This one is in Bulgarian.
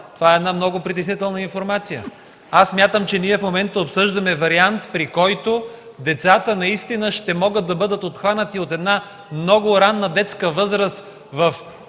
Това е много притеснителна информация. Смятам, че в момента обсъждаме вариант, при който децата наистина ще могат да бъдат обхванати от много ранна детска възраст в